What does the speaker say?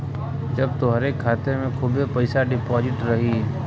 जब तोहरे खाते मे खूबे पइसा डिपोज़िट रही